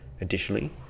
Additionally